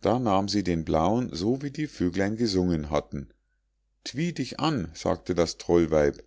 da nahm sie den blauen so wie die vöglein gesungen hatten twi dich an sagte das trollweib